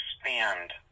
expand